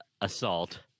assault